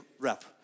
rep